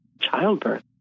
childbirth